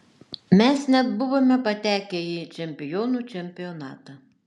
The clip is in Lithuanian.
mes net buvome patekę į čempionų čempionatą